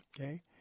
okay